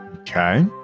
Okay